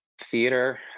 theater